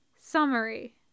Summary